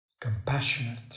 compassionate